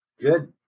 good